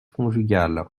conjugale